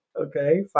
okay